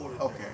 Okay